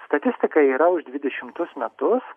statistika yra už dvidešimtus metus